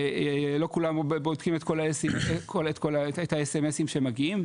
לא כולם רואים את כל הסמסים שמגיעים,